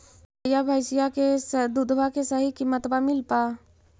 गईया भैसिया के दूधबा के सही किमतबा मिल पा?